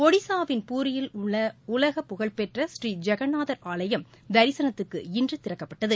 ஒடிஸாவின் பூரியில் உள்ள உலகப் புகழ்பெற்ற ஸ்ரீ ஜெகநாதர் ஆலயம் திசனத்துக்கு இன்று திறக்கப்பட்டது